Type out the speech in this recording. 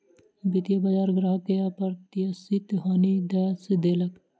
वित्तीय बजार ग्राहक के अप्रत्याशित हानि दअ देलक